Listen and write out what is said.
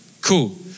Cool